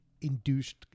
induced